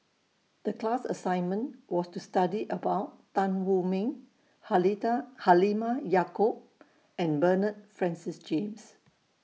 The class assignment was to study about Tan Wu Meng Halimah Yacob and Bernard Francis James